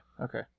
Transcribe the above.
okay